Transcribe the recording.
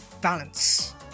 balance